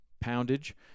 poundage